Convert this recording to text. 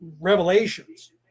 revelations